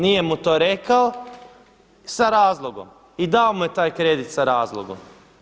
Nije mu to rekao sa razlogom i dao mu je taj kredit sa razlogom.